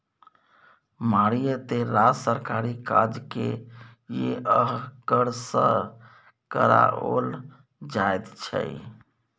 मारिते रास सरकारी काजकेँ यैह कर सँ कराओल जाइत छै